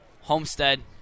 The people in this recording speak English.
Homestead